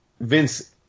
Vince